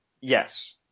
Yes